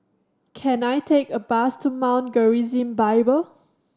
can I take a bus to Mount Gerizim Bible